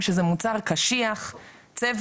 ושבאופן כללי רצוי היה שגם מקבלי ההחלטות וגם הציבור